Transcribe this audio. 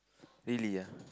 really ah